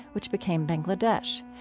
which became bangladesh.